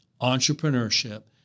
entrepreneurship